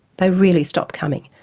they really stopped coming.